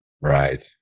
Right